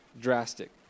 drastic